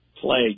play